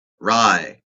rye